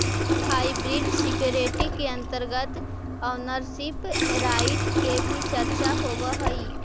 hybrid security के अंतर्गत ownership right के भी चर्चा होवऽ हइ